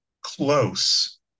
close